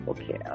Okay